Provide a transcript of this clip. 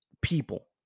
people